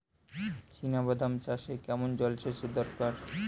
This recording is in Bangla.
চিনাবাদাম চাষে কেমন জলসেচের দরকার?